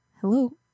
hello